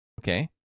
Okay